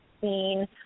seen